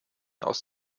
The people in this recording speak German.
aus